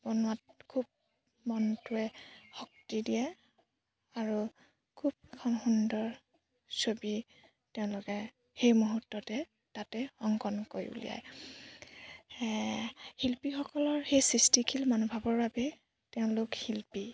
বনোৱাত খুব মনটোৱে শক্তি দিয়ে আৰু খুব এখন সুন্দৰ ছবি তেওঁলোকে সেই মুহূৰ্ততে তাতে অংকন কৰি উলিয়ায় শিল্পীসকলৰ সেই সৃষ্টিশীল মনোভাৱৰ বাবে তেওঁলোক শিল্পী